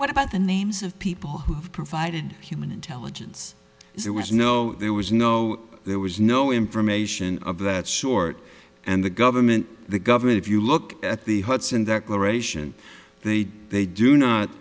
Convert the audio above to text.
what about the names of people who've provided human intelligence there was no there was no there was no information of that sort and the government the government if you look at the hudson declaration they they do not